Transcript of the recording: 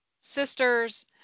sisters